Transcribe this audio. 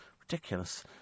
Ridiculous